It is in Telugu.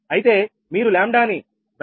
అయితే మీరు 𝜆 ని 46